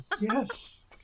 Yes